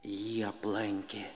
jį aplankė